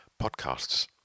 podcasts